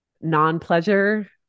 non-pleasure